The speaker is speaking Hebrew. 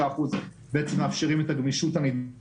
העניין של 35% מאפשרים את הנגישות הנדרשת